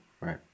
Right